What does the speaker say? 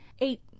eight